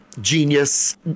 genius